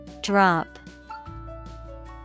Drop